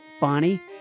Bonnie